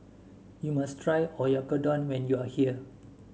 you must try Oyakodon when you are here